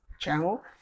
channel